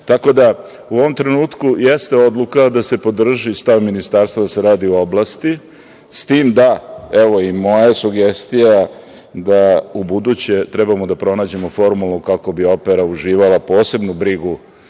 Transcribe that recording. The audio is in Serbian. da, u ovom trenutku jeste odluka da se podrži stav Ministarstva da se radi o oblasti, s tim da, evo, i moja sugestija je da ubuduće trebamo da pronađemo formulu kako bi opera uživala posebnu brigu